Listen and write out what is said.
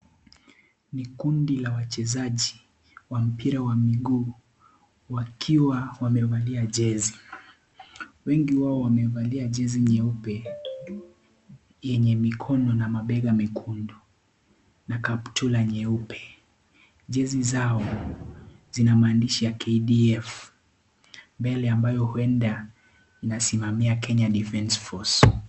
Ni kundi la wachezaji wa mpira wa mguu wakiwa wamevalia jezi, wengi wao wamevalia jezi nyeupe yenye mikono na mabega mekundu na kaptura nyeupe, jezi zao zina maandishi ya KDF mbele ambayo inasimamia Kenya Defense Force